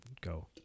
go